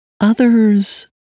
Others